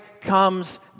comes